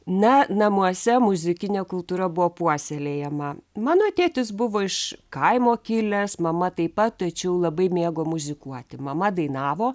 na namuose muzikinė kultūra buvo puoselėjama mano tėtis buvo iš kaimo kilęs mama taip pat tačiau labai mėgo muzikuoti mama dainavo